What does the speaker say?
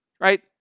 right